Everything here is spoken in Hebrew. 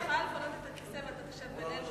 אני יכולה לפנות את הכיסא ואתה תשב בינינו,